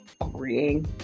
agreeing